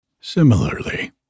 Similarly